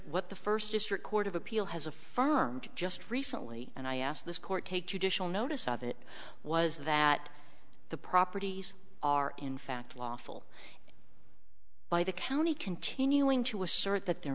what the first district court of appeal has affirmed just recently and i asked this court take judicial notice of it was that the properties are in fact lawful by the county continuing to assert that they're